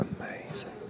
amazing